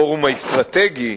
הפורום האסטרטגי,